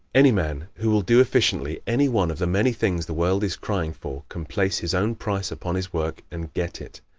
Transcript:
any man who will do efficiently any one of the many things the world is crying for can place his own price upon his work and get it.